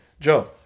Joe